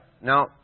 Now